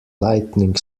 lightning